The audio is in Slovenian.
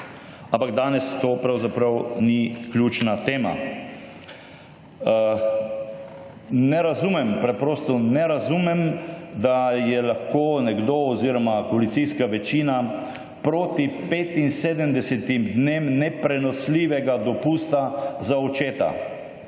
tema. Ne razumem, preprosto ne razumem, da je lahko nekdo oziroma koalicijska večina proti 75 dnem neprenosljivega dopusta za očeta.